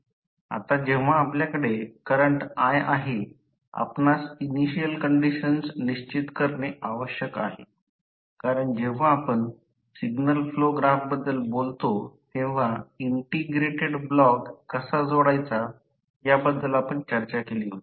आता जेव्हा आपल्याकडे करंट i आहे आपणास इनिशियल कंडिशन्स निश्चित करणे आवश्यक आहे कारण जेव्हा आपण सिग्नल फ्लो ग्राफ बद्दल बोलतो तेव्हा इंटिग्रेटेड ब्लॉक कसा जोडायचा याबद्दल आपण चर्चा केली होती